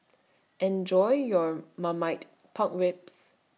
Enjoy your Marmite Pork Ribs